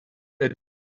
that